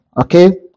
okay